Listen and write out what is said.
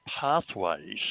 pathways